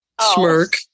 Smirk